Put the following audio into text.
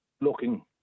looking